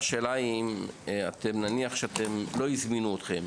נניח שלא הזמינו אתכם,